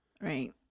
Right